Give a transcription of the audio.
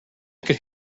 could